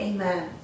Amen